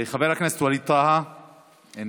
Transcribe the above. חבר הכנסת ווליד טאהא, איננו.